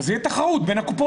אז תהיה תחרות בין הקופות.